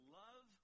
love